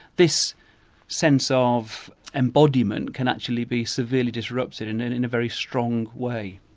this sense of embodiment can actually be severely disrupted in and in a very strong way.